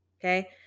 okay